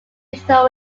digital